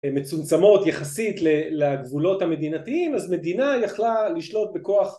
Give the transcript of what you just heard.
מצומצמות יחסית לגבולות המדינתיים אז מדינה יכלה לשלוט בכוח